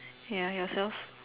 ya yourself